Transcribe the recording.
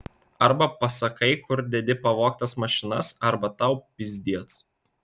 arba pasakai kur dedi pavogtas mašinas arba tau pizdiec